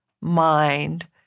mind